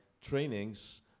trainings